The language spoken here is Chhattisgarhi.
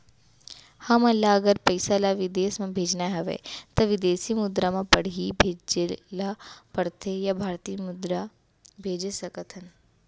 हमन ला अगर पइसा ला विदेश म भेजना हवय त विदेशी मुद्रा म पड़ही भेजे ला पड़थे या भारतीय मुद्रा भेज सकथन का?